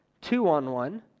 two-on-one